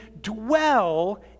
dwell